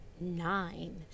nine